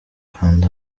kanda